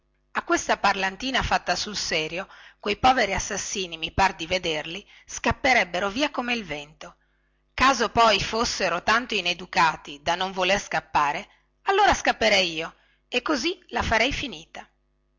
a questa parlantina fatta sul serio quei poveri assassini mi par di vederli scapperebbero via come il vento caso poi fossero tanto ineducati da non voler scappare allora scapperei io e così la farei finita